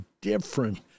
different